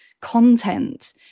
content